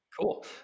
Cool